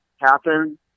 happen